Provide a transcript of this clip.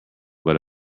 but